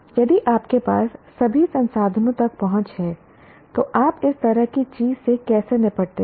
यदि आपके पास सभी संसाधनों तक पहुंच है तो आप इस तरह की चीज़ से कैसे निपटते हैं